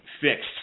fixed –